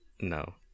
no